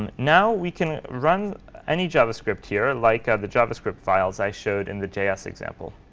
um now we can run any javascript here, like ah the javascript files i showed in the js example.